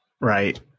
right